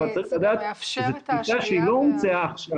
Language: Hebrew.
אבל צריך לדעת שזו חקיקה שלא הומצאה עכשיו,